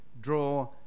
Draw